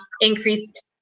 increased